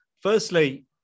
Firstly